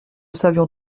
savions